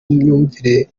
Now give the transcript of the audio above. myumvire